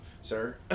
sir